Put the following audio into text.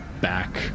back